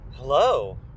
Hello